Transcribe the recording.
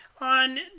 on